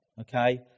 okay